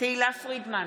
תהלה פרידמן,